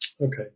okay